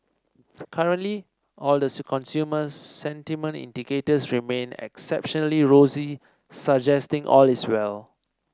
currently all the consumer sentiment indicators remain exceptionally rosy suggesting all is well